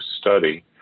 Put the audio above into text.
study